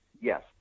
Yes